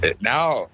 now